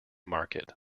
market